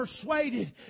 persuaded